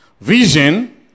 Vision